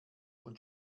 und